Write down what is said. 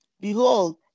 Behold